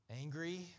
angry